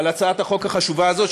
על הצעת החוק החשובה הזאת,